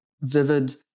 vivid